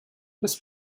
this